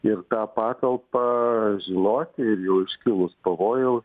ir tą patalpą žinoti ir jau iškilus pavojui